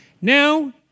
Now